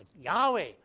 yahweh